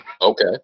Okay